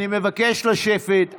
אני מבקש לשבת.